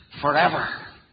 forever